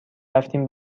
رفتیم